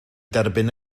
derbyn